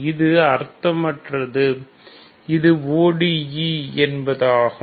இது அர்த்தமற்றது இது ODE என்பதாகும்